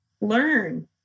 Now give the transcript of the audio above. learn